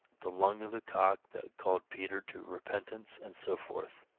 the lung of the cock that called peter to repentance and so forth.